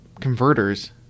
converters